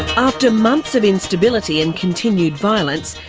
after months of instability and continued violence,